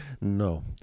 No